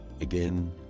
again